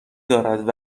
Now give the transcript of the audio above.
دارد